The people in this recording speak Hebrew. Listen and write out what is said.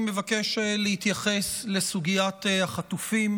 אני מבקש להתייחס לסוגיית החטופים.